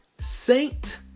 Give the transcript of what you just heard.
saint